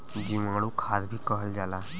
जीवाणु खाद भी कहल जाला